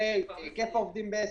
לגבי היקף העובדים בעסק,